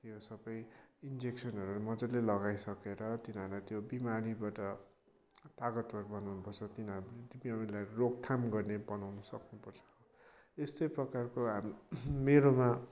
यो सबै इन्जेक्सनहरू मजाले लगाइसकेर तिनीहरूलाई त्यो बिमारीबाट ताकतवर बनाउनुपर्छ तिनीहरू तिनीहरूलाई रोकथाम गर्ने बनाउनु सक्नुपर्छ यस्तै प्रकारको हामी मेरोमा